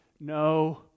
no